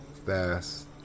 fast